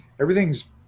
everything's